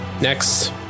Next